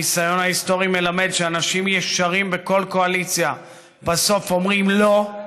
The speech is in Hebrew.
הניסיון ההיסטורי מלמד שאנשים ישרים בכל קואליציה בסוף אומרים: לא,